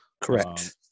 Correct